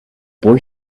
boy